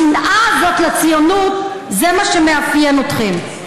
השנאה הזאת לציונות, זה מה שמאפיין אתכם.